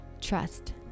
Trust